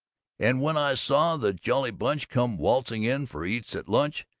and when i saw the jolly bunch come waltzing in for eats at lunch,